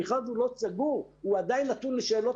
הוא לא סגור והוא עדיין נתון לשאלות